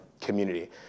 community